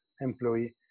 employee